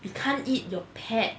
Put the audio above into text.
you can't eat your pet